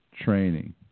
Training